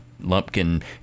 Lumpkin